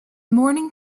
morning